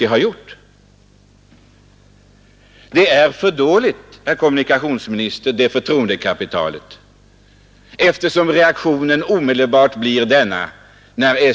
Det förtroendekapitalet är för dåligt, herr kommunikationsminister, eftersom reaktionen omedelbart blivit denna.